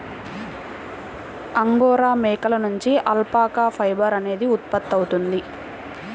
angora మేకల నుండి alpaca fibre అనేది ఉత్పత్తవుతుంది